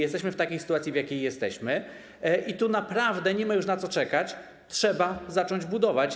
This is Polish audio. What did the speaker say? Jesteśmy w takiej sytuacji, w jakiej jesteśmy, i tu naprawdę nie ma już na co czekać, trzeba zacząć budować.